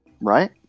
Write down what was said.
Right